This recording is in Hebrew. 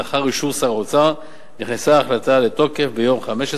לאחר אישור שר האוצר נכנסה ההחלטה לתוקף ביום 15